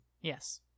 Yes